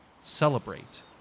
celebrate